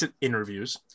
interviews